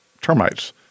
termites